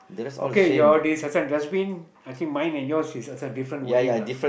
okay your this different that's mean I think mine and yours is the different wording lah